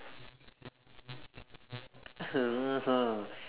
K